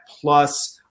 plus